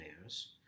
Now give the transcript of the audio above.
layers